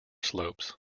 slopes